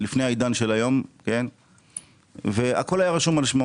לפני העידן של היום, והכול היה רשום על שמו.